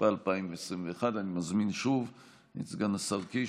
התשפ"א 2021. אני מזמין שוב את סגן השר קיש,